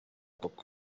koko